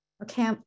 Okay